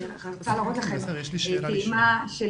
אני רוצה להראות לכם טעימה של